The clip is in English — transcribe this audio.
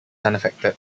unaffected